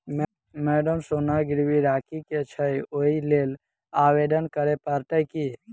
Madam सोना गिरबी राखि केँ छैय ओई लेल आवेदन करै परतै की?